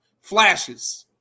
flashes